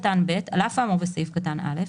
(ב)על אף האמור בסעיף קטן (א),